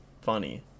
funny